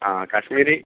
आं काश्मिरी